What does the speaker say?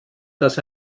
dass